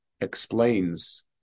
explains